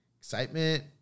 excitement